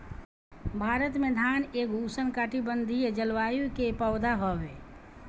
भारत में धान एगो उष्णकटिबंधीय जलवायु के पौधा हवे